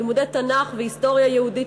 לימודי תנ"ך והיסטוריה יהודית,